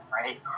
right